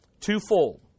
Twofold